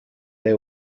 they